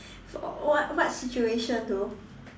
what what situation though